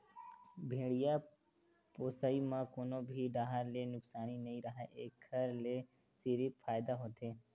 भेड़िया पोसई म कोनो भी डाहर ले नुकसानी नइ राहय एखर ले सिरिफ फायदा होथे